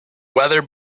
weather